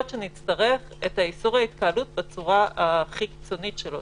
שנצטרך את איסור ההתקהלות בצורה הכי קיצונית שלו,